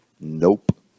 Nope